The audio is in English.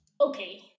Okay